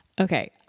Okay